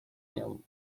nią